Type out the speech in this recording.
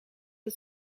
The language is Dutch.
het